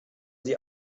sie